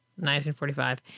1945